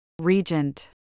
Regent